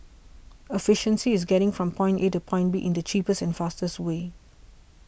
efficiency is getting from point A to point B in the cheapest and fastest way